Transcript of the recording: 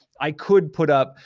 i could put up,